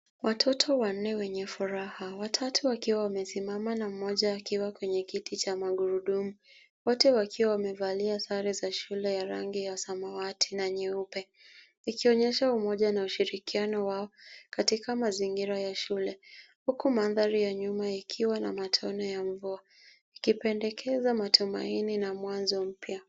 Watoto wanne wenye furaha. Watatu wakiwa wamesimama na mmoja akiwa kwenye kiti cha magurudumu. Wote wakiwa wamevalia sare za shule ya rangi ya samawati na nyeupe ikionyesha umoja na ushirikiano wako katika mazingira ya shule huku mandhari ya nyuma ikiwa na matone ya mvua ikipendekeza matumaini na mwanzo mpya.